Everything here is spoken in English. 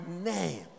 name